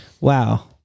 Wow